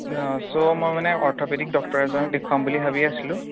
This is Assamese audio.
চ' মই মানে অৰ্থ'পেডিক ডক্টৰ এজনক দেখুৱাম বুলি ভাবি আছিলোঁ